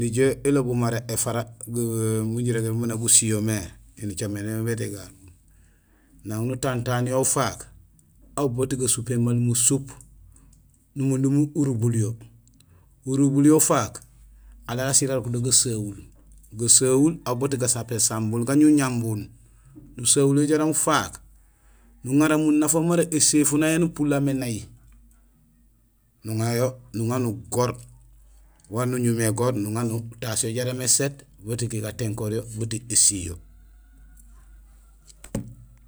Nijool ilobul mara éfara min jirogémé miin inja gusiil yo mé nicaméné boot éganul. Nang nutantaan yo ufaak aw boot gusupéén maal musup numundum urubul yo; nurubul yo ufaak; alaal asiil arok do gasehul; gasehul aw boot gasapéén sambul; gañuñambun. Nusehul yo jaraam ufaak uŋaar munafahum mara éséfuno yayu yaan upulamé nay; nuŋayo nuŋa nugoor wan nuñumé égoor nuŋa nutaas yo jaraam éséét boot kindi gatinkoor yo boot ésiyo.